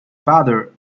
father